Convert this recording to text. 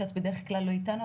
שאת בדרך כלל לא איתנו,